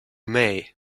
may